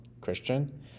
Christian